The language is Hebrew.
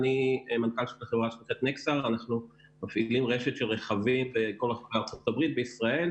אני מנכ"ל של חברה שמפעילה רשת של רכבים בכל ארצות הברית וישראל,